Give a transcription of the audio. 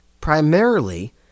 primarily